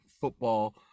football